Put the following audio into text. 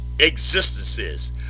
existences